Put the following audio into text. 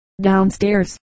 downstairs